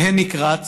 הניק רץ,